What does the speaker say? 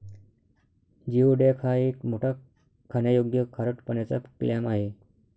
geoduck हा एक मोठा खाण्यायोग्य खारट पाण्याचा क्लॅम आहे